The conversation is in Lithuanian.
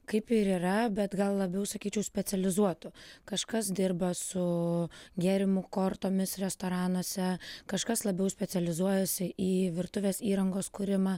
kaip ir yra bet gal labiau sakyčiau specializuotų kažkas dirba su gėrimų kortomis restoranuose kažkas labiau specializuojasi į virtuvės įrangos kūrimą